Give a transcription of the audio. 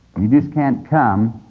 you just can't come